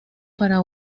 para